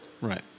Right